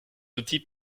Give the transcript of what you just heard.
outils